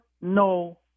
no